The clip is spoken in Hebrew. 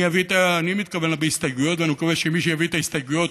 אני מתכוון להביא הסתייגויות ואני מקווה שמי שיביא את ההסתייגויות,